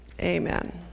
amen